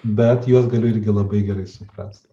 bet juos galiu irgi labai gerai suprast